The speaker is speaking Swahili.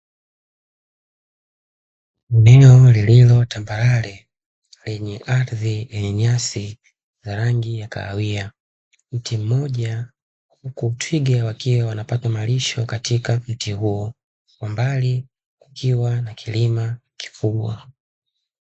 Eneo lililotambarare lenye nyasi za rangi ya kahawia, mti mmoja huku twiga anapata malisho katika mti huo, kwa mbali kukiwa na kilima kikubwa.